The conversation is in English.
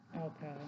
Okay